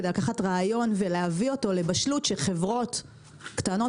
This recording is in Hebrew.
כדי לקחת רעיון ולהביא אותו לבשלות שחברות קטנות